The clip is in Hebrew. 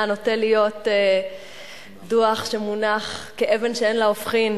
נוטה להיות דוח שמונח כאבן שאין לה הופכין